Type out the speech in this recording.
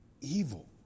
evil